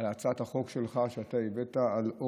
על הצעת החוק שלך שאתה הבאת,